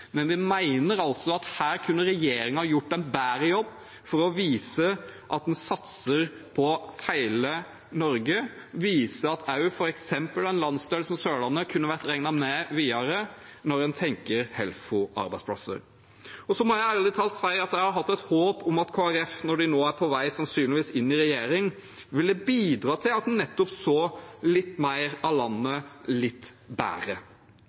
men vi mener at regjeringen her kunne gjort en bedre jobb for å vise at en satser på hele Norge, og for å vise at f.eks. en landsdel som Sørlandet kunne vært regnet med videre når en tenker på Helfo-arbeidsplasser. Jeg må ærlig talt si at jeg har hatt et håp at Kristelig Folkeparti, når de nå sannsynligvis er på vei inn i regjering, ville bidra til at en nettopp så litt mer av landet litt bedre.